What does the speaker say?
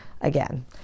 Again